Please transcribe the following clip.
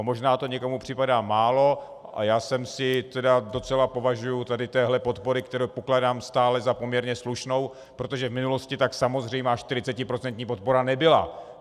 Možná to někomu připadá málo, já si docela považuji téhle podpory, kterou pokládám stále za poměrně slušnou, protože v minulosti tak samozřejmá 40procentní podpora nebyla.